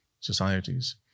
societies